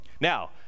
Now